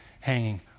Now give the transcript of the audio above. hanging